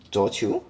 桌球